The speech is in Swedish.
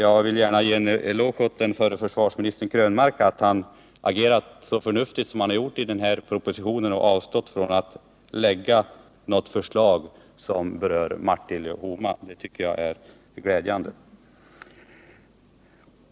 Jag vill gärna ge en eloge åt förre försvarsministern Krönmark för att han agerat så förnuftigt som han har gjort när det gäller den här propositionen och avstått från att lägga fram förslag som rör Martille och Homa. Det är glädjande.